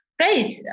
Great